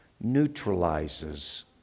neutralizes